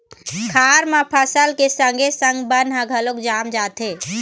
खार म फसल के संगे संग बन ह घलोक जाम जाथे